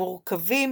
מורכבים